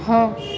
ହଁ